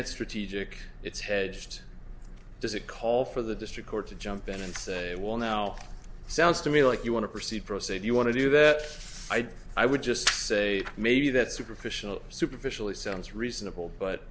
it's strategic it's hedged does it call for the district court to jump in and say well now sounds to me like you want to proceed pro se do you want to do that i would just say maybe that superficial superficially sounds reasonable but